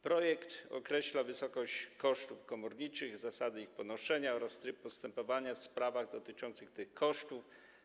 Projekt określa wysokość kosztów komorniczych, zasady ich ponoszenia oraz tryb postępowania w sprawach dotyczących tych kosztów.